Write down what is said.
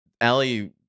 Allie